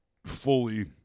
Fully